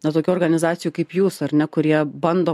na tokių organizacijų kaip jūs ar ne kurie bando